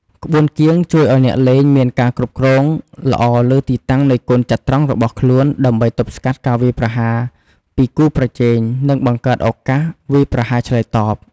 ក្បួនគៀងជួយឲ្យអ្នកលេងមានការគ្រប់គ្រងល្អលើទីតាំងនៃកូនចត្រង្គរបស់ខ្លួន ដើម្បីទប់ស្កាត់ការវាយប្រហារពីគូប្រជែង និងបង្កើតឱកាសវាយប្រហារឆ្លើយតប។